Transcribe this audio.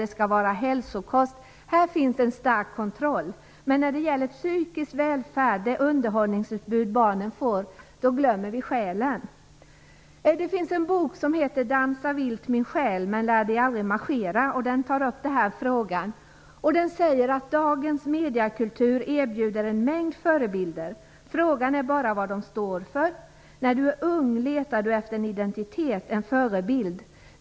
Det skall vara hälsokost. Här finns en stark kontroll. Men när det gäller psykisk välfärd och det underhållningsutbud som finns för barnen glömmer vi själen. Det finns en bok som heter Dansa vilt min själ men lär dig aldrig marschera. Den tar upp den här frågan. Där står att dagens mediekultur erbjuder en mängd förebilder. Frågan är bara vad de står för. När du är ung letar du efter en identitet, en förebild.